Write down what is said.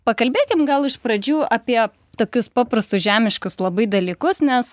pakalbėkim gal iš pradžių apie tokius paprastus žemiškus labai dalykus nes